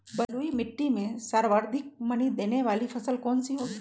बलुई मिट्टी में सर्वाधिक मनी देने वाली फसल कौन सी होंगी?